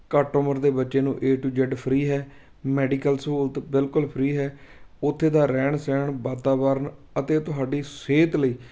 ਘੱਟ ਉਮਰ ਦੇ ਬੱਚੇ ਨੂੰ ਏ ਟੂ ਜੈਡ ਫਰੀ ਹੈ ਮੈਡੀਕਲ ਸਹੂਲਤ ਬਿਲਕੁਲ ਫਰੀ ਹੈ ਉੱਥੇ ਦਾ ਰਹਿਣ ਸਹਿਣ ਵਾਤਾਵਰਨ ਅਤੇ ਤੁਹਾਡੀ ਸਿਹਤ ਲਈ